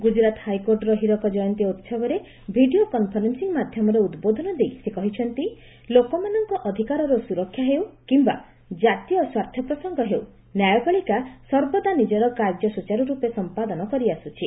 ଗୁଜରାତ ହାଇକୋର୍ଟର ହୀରକ ଜୟନ୍ତୀ ଉସବରେ ଭିଡ଼ିଓ କନ୍ଫରେନ୍ସିଂ ମାଧ୍ୟମରେ ଉଦ୍ବୋଧନ ଦେଇ ସେ କହିଛନ୍ତି ଲୋକମାନଙ୍କ ଅଧିକାରର ସୁରକ୍ଷା ହେଉ କିମ୍ବା ଜାତୀୟ ସ୍ୱାର୍ଥ ପ୍ରସଙ୍ଗ ହେଉ' ନ୍ୟାୟପାଳିକା ସର୍ବଦା ନିଜର କାର୍ଯ୍ୟ ସୁଚାରୁରୂପେ ସମ୍ପାଦନ କରିଆସୁଛି